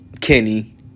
Kenny